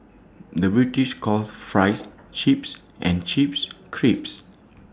the British calls Fries Chips and chips